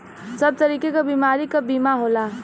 सब तरीके क बीमारी क बीमा होला